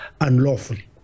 unlawfully